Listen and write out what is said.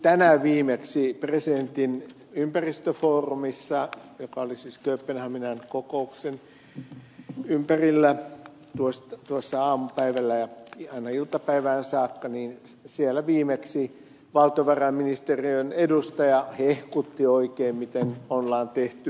tänään viimeksi presidentin ympäristöfoorumissa joka oli siis kööpenhaminan kokouksen ympärillä tuossa aamupäivällä ja aina iltapäivään saakka valtiovarainministeriön edustaja hehkutti oikein miten on tehty ainutlaatuinen teko